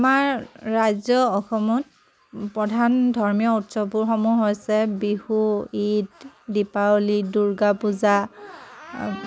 আমাৰ ৰাজ্য অসমত প্ৰধান ধৰ্মীয় উৎসৱবোৰসমূহ হৈছে বিহু ঈদ দীপাৱলী দুৰ্গা পূজা